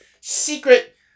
secret